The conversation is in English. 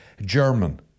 German